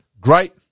Great